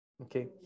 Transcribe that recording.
okay